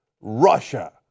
Russia